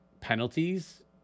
penalties